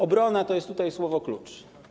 Obrona to jest tutaj słowo klucz.